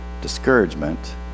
discouragement